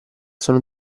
sono